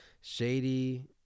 shady